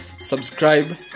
Subscribe